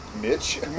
Mitch